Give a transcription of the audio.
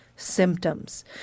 symptoms